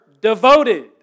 devoted